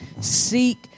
Seek